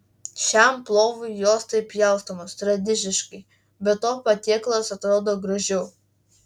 šiam plovui jos taip pjaustomos tradiciškai be to patiekalas atrodo gražiau